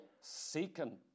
seeking